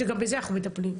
שגם בזה אנחנו מטפלים.